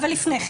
לפני כן: